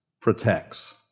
protects